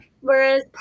whereas